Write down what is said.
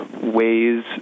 ways